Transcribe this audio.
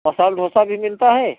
मसाला डोसा भी मिलता है